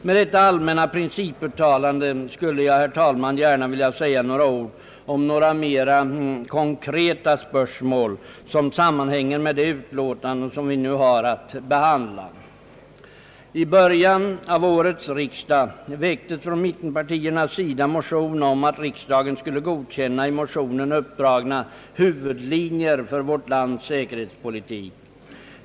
Med detta allmänna principuttalande skulle jag, herr talman, gärna vilja säga några ord om några mera konkreta spörsmål, som sammanhänger med det utlåtande vi nu har att behandla. att riksdagen skulle godkänna i motionen uppdragna huvudlinjer för vårt lands säkerhetspolitik.